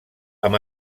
amb